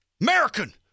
American